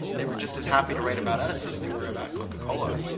they were just as happy to write about us as they were about coca cola.